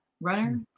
runner